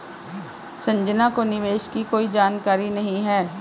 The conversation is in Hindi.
संजना को निवेश की कोई जानकारी नहीं है